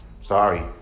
Sorry